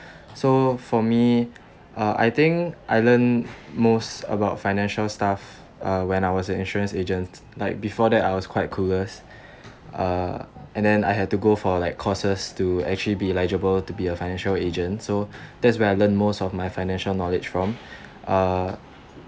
so for me uh I think I learnt most about financial stuffs uh when I was an insurance agent like before that I was quite clueless err and then I had to go for like courses to actually be legible to be a financial agent so that's when I learnt most of my financial knowledge from uh